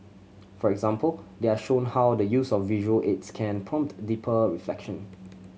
for example they are shown how the use of visual aids can prompt deeper reflection